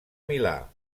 milà